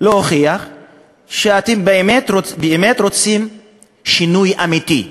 להוכיח שאתם באמת רוצים שינוי אמיתי,